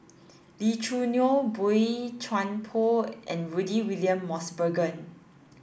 Lee Choo Neo Boey Chuan Poh and Rudy William Mosbergen